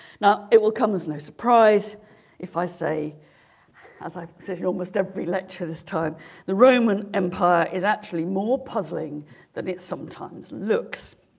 now it will come as no surprise if i say as i've said in almost every lecture this time the roman empire is actually more puzzling than it sometimes looks